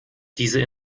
diese